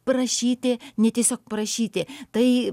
prašyti ne tiesiog prašyti tai